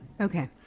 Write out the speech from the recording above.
Okay